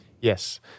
Yes